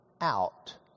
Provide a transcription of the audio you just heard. out